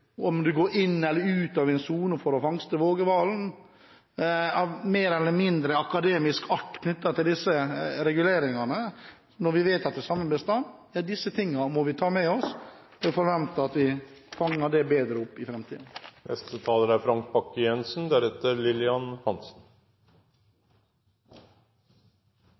om du går inn eller ut av en sone for å fangste vågehvalen, er av mer eller mindre akademisk art knyttet til disse reguleringene, når vi vet at det er samme bestand. Disse tingene må vi ta med oss, og vi må forvente at det blir fanget bedre opp i